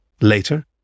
Later